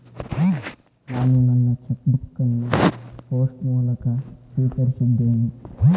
ನಾನು ನನ್ನ cheque book ಅನ್ನು ಪೋಸ್ಟ್ ಮೂಲಕ ಸ್ವೀಕರಿಸಿದ್ದೇನೆ